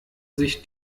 sich